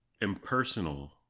impersonal